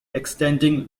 extending